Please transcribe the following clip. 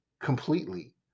completely